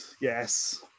Yes